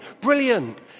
Brilliant